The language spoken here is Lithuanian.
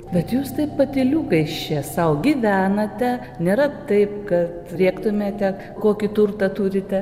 bet jūs taip patyliukais čia sau gyvenate nėra taip kad rėktumėte kokį turtą turite